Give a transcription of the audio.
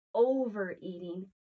overeating